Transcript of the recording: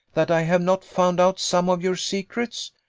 that i have not found out some of your secrets?